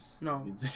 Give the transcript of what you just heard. No